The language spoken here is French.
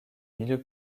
milieu